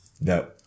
no